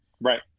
right